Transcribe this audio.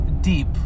deep